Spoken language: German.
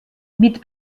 mit